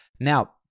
now